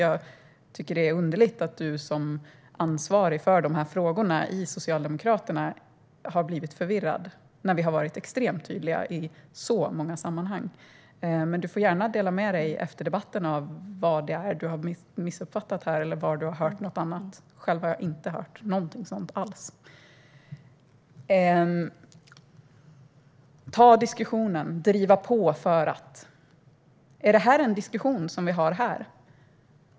Jag tycker att det är underligt att du som ansvarig för dessa frågor i Socialdemokraterna har blivit förvirrad med tanke på att vi har extremt tydliga i så många sammanhang. Men du får gärna dela med dig efter debatten av det som du har missuppfattat eller om du har hört något annat. Själv har jag inte hört någonting sådant alls. Carina Ohlsson säger att man ska ta diskussionen och driva på. Är det en diskussion som vi har här?